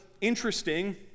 interesting